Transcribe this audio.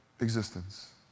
existence